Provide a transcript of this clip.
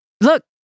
look